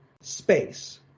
space